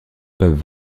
peuvent